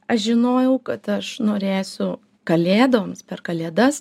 aš žinojau kad aš norėsiu kalėdoms per kalėdas